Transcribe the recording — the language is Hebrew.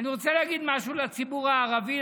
אני רוצה להגיד משהו לציבור הערבי,